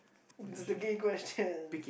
the gay question